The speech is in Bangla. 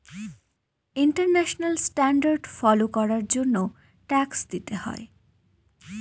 ইন্টারন্যাশনাল স্ট্যান্ডার্ড ফলো করার জন্য ট্যাক্স দিতে হয়